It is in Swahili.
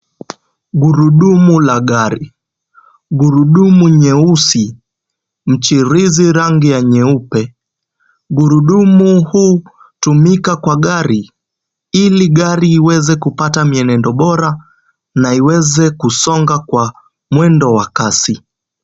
Gurudumu la gari. Gurudumu nyeusi michirizi rangi ya nyeupe. Gurudumu hutumika kwa gari ili gari iweze kupata mienendo bora na iweze kusonga kwa mwendo wa kasi.